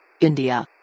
india